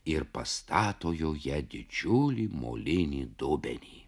ir pastato joje didžiulį molinį dubenį